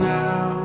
now